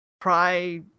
try